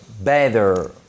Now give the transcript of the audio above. better